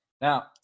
Now